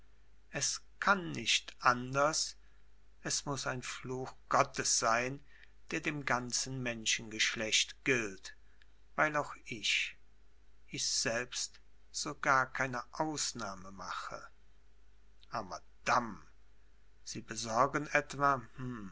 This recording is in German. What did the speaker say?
es kann nicht anders es muß ein fluch gottes sein der dem ganzen menschengeschlecht gilt weil auch ich ich selbst so gar keine ausnahme mache ah madame sie besorgen etwa